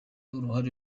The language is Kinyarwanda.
uruhare